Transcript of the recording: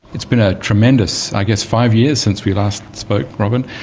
it's been a tremendous i guess five years since we last spoke, robyn,